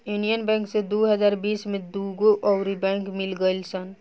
union Bank से दू हज़ार बिस में दूगो अउर बैंक मिल गईल सन